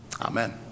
Amen